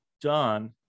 done